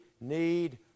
need